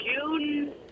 June